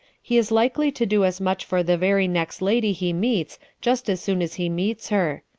he is likely to do as much for the very next lady he meets just as soon as he meets her.